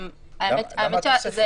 למה התוספת?